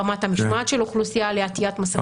רמת המשמעת של האוכלוסייה לעטיית מסכות הייתה הרבה יותר גבוהה.